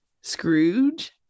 Scrooge